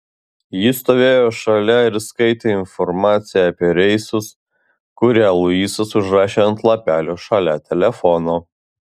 ji stovėjo šalia ir skaitė informaciją apie reisus kurią luisas užrašė ant lapelio šalia telefono